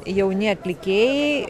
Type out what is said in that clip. jauni atlikėjai